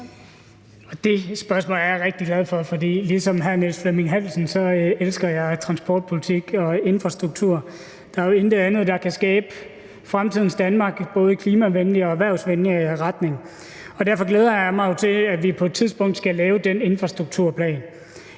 Det spørgsmål er jeg rigtig glad for, fordi ligesom hr. Niels Flemming Hansen elsker jeg transportpolitik og infrastruktur. Der er jo intet andet, der som det kan skabe fremtidens Danmark i både klimavenlig og erhvervsvenlig retning, og derfor glæder jeg mig jo til, at vi på et tidspunkt skal lave den infrastrukturplan.